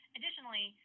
Additionally